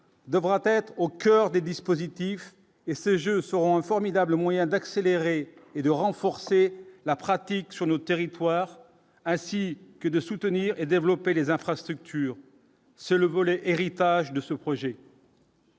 devra-t-être au coeur des dispositifs et ces Jeux seront un formidable moyen d'accélérer et de renforcer la pratique sur nos territoires, ainsi que de soutenir et développer les infrastructures, seul le volet héritage de ce projet.